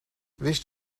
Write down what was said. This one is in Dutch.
wist